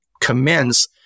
commence